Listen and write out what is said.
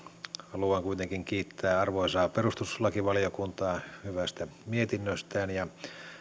haluan kuitenkin kiittää arvoisaa perustuslakivaliokuntaa hyvästä mietinnöstä ja